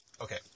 Okay